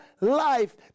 life